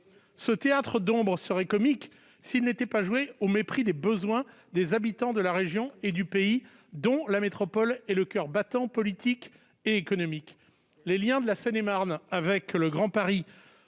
Ce théâtre d'ombres serait comique s'il n'était joué au mépris des besoins des habitants de la région et du pays, dont la métropole est le coeur battant politique et économique. Les liens de la Seine-et-Marne et du Grand Paris